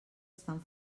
estan